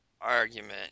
argument